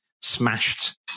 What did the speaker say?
smashed